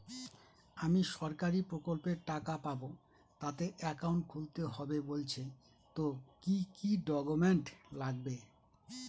আমি সরকারি প্রকল্পের টাকা পাবো তাতে একাউন্ট খুলতে হবে বলছে তো কি কী ডকুমেন্ট লাগবে?